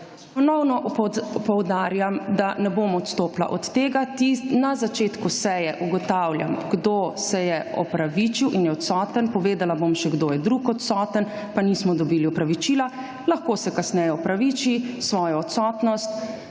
poudarjam, da ne bom odstopila od tega. Na začetku seje ugotavljam, kdo se je opravičil in je odsoten. Povedala bom, kdo od drugih je tudi odsoten, pa nismo dobili opravičila. Lahko kasneje opraviči svojo odsotnost